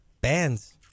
Bands